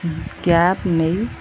cab ନେଇ